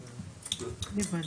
הבנתי.